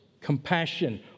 compassion